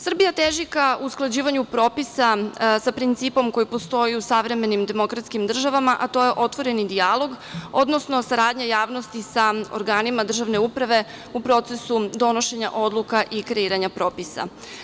Srbija teži ka usklađivanju propisa sa principom koji postoji u savremenim demokratskim državama, a to je otvoreni dijalog, odnosno saradnja javnosti sa organima državne uprave, u procesu donošenja odluka i kreiranja propisa.